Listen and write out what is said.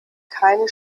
keine